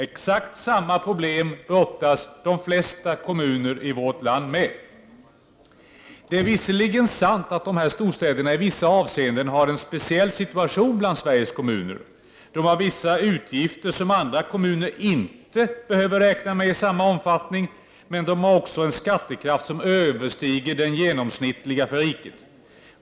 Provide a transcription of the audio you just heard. Exakt samma problem brottas de flesta kommuner med i vårt land. Det är visserligen sant att storstäderna har en speciell situation bland Sveriges kommuner. De har vissa utgifter som andra kommuner inte behöver räkna med i samma omfattning, men de har också en skattekraft som överstiger den genomsnittliga för riket.